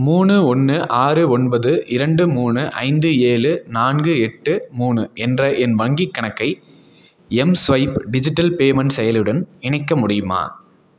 மூணு ஒன்று ஆறு ஒன்பது இரண்டு மூணு ஐந்து ஏழு நான்கு எட்டு மூணு என்ற என் வங்கிக் கணக்கை எம்ஸ்வைப் டிஜிட்டல் பேமெண்ட் செயலியுடன் இணைக்க முடியுமா